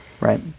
Right